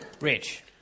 Rich